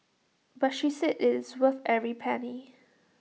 but she said IT is worth every penny